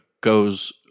goes